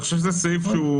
אני חושב שזה סעיף הכרחי.